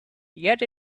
yet